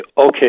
okay